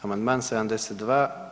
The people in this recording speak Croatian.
Amandman 72.